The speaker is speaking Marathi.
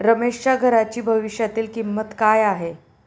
रमेशच्या घराची भविष्यातील किंमत काय आहे?